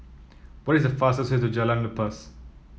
what is the fastest way to Jalan Lepas